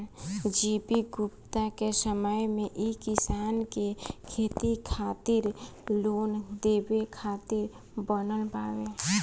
G V Gupta के समय मे ई किसान के खेती खातिर लोन देवे खातिर बनल बावे